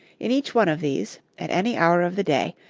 in each one of these, at any hour of the day,